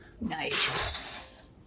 Nice